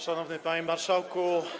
Szanowny Panie Marszałku!